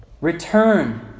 Return